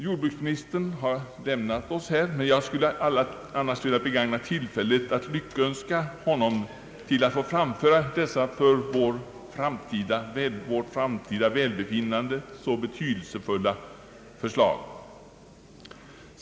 Jordbruksministern har lämnat kammaren, annars skulle jag ha velat begagna tillfället att lyckönska honom till att få framföra dessa för vårt framtida välbefinnande så betydelsefulla förslag.